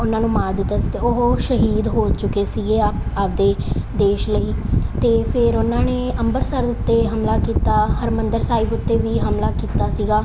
ਉਹਨਾਂ ਨੂੰ ਮਾਰ ਦਿੱਤਾ ਸੀ ਅਤੇ ਉਹ ਸ਼ਹੀਦ ਹੋ ਚੁੱਕੇ ਸੀਗੇ ਆਪ ਆਪਣੇ ਦੇਸ਼ ਲਈ ਅਤੇ ਫਿਰ ਉਹਨਾਂ ਨੇ ਅੰਮ੍ਰਿਤਸਰ ਉੱਤੇ ਹਮਲਾ ਕੀਤਾ ਹਰਿਮੰਦਰ ਸਾਹਿਬ ਉੱਤੇ ਵੀ ਹਮਲਾ ਕੀਤਾ ਸੀਗਾ